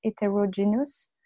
heterogeneous